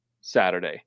Saturday